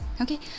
Okay